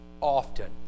often